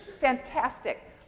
fantastic